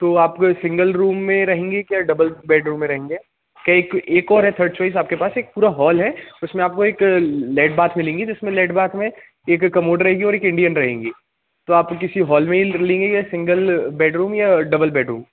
तो आप single room में रहेंगी या डबल बेडरूम में रहेंगे के एक एक और है थर्ड च्वाइस आपके पास एक पूरा हॉल है उसमें आपको एक लेड बाथ मिलेंगी जिसमें लेड बाथ में एक कमोड रहेगी और एक इंडियन रहेंगी तो आप किसी हॉल में ही लेंगी या सिंगल बेडरूम या डबल बेडरूम